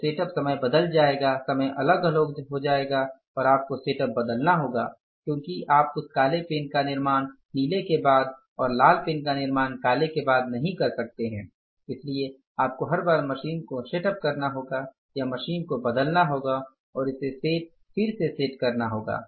तो सेटअप समय बदल जाएगा समय अलग अलग हो जाएगा और आपको सेटअप बदलना होगा क्योंकि आप उस काले पेन का निर्माण नीले के बाद और लाल पेन का निर्माण काले के बाद नहीं कर सकते हैं इसलिए आपको हर बार मशीन को सेटअप करना होगा या मशीन को बदलना होगा और इसे सेट फिर से सेट करना होगा